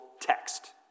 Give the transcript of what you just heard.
text